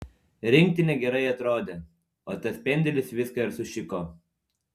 rinktinė gerai atrodė o tas pendelis viską ir sušiko